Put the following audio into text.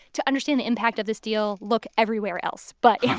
to understand the impact of this deal, look everywhere else but yeah